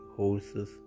Horses